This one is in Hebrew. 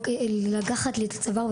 לקחת לי את הצוואר,